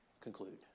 Conclude